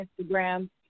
Instagram